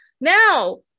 Now